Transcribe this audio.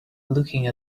looking